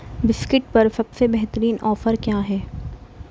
biscuit پر سب سے بہترین آفر کیا ہیں